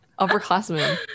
upperclassmen